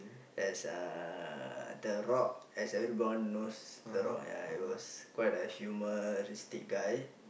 as uh the rock as everyone knows the rock yeah he was quite a humoristic guy